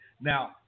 Now